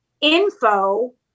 info